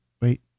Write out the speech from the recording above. Wait